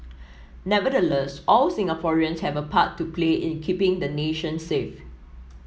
nevertheless all Singaporeans have a part to play in the keeping the nation safe